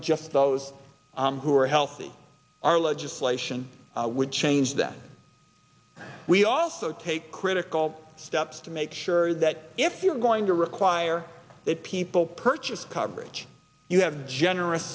just those who are healthy our legislation would change that we also take critical steps to make sure that if you're going to require that people purchase coverage you have a generous